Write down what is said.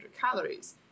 calories